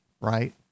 right